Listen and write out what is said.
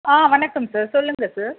ஆ வணக்கம் சார் சொல்லுங்கள் சார்